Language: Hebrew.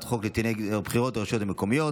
חוק לתיקון דיני הבחירות לרשויות המקומיות,